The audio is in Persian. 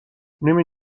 نمی